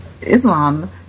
Islam